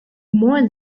more